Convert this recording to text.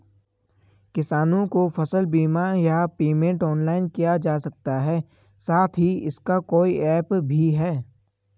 किसानों को फसल बीमा या पेमेंट ऑनलाइन किया जा सकता है साथ ही इसका कोई ऐप भी है?